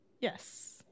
Yes